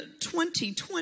2020